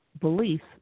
beliefs